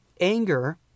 anger